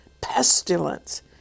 pestilence